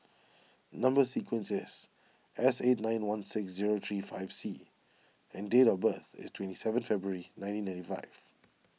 Number Sequence is S eight nine one six zero three five C and date of birth is twenty seventh February nineteen ninety five